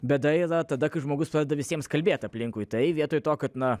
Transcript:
bėda yra tada kai žmogus padeda visiems kalbėt aplinkui tai vietoj to kad na